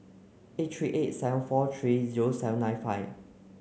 eight three eight seven four three zero seven nine five